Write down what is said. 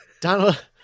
Donald